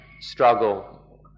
struggle